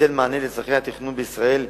שתיתן מענה לצורכי התכנון בישראל,